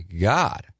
God